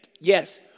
Yes